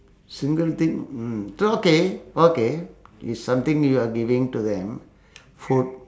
single thing mm it's okay okay it's something you are giving to them for